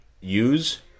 Use